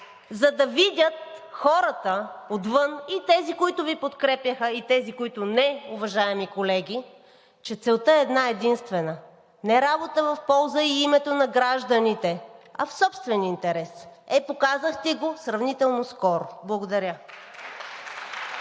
за да видят хората отвън и тези, които Ви подкрепяха, и тези, които не, уважаеми колеги, че целта е една-единствена – не работа в полза и името на гражданите, а в собствен интерес. Е, показахте го сравнително скоро. Благодаря.